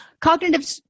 Cognitive